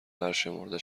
برشمرده